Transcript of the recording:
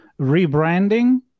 rebranding